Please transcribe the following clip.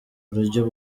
buryo